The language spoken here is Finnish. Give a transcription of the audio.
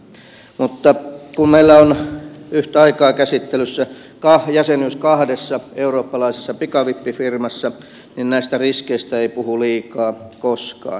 mutta kun meillä on yhtä aikaa käsittelyssä jäsenyys kahdessa eurooppalaisessa pikavippifirmassa niin näistä riskeistä ei puhu liikaa koskaan